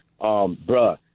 Bruh